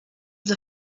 the